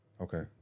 Okay